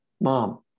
mom